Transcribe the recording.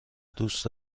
دوست